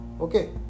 okay